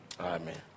amen